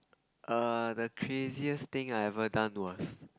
err the craziest thing I ever done was